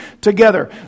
together